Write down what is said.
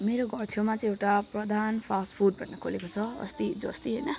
मेरो घर छेउमा चाहिँ एउटा प्रधान फास्ट फुड भन्ने खोलेको छ अस्ति हिजो अस्ति होइन